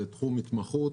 זה תחום התמחות